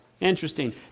Interesting